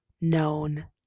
known